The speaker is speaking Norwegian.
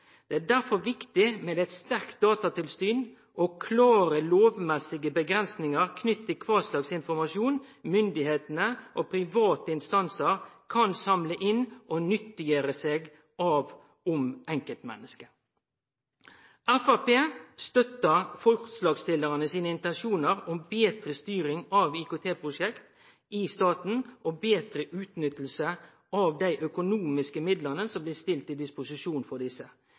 Det er derfor viktig med eit sterkt datatilsyn og klare lovmessige avgrensingar knytte til kva slags informasjon myndigheiter og private instansar kan samle inn om folk og gjere seg nytte av. Framstegspartiet støttar forslagsstillarane sine intensjonar om betre styring av IKT-prosjekt i staten og betre utnytting av dei økonomiske midlane som blir stilte til disposisjon for desse.